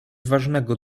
ważnego